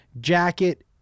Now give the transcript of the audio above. jacket